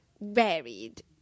varied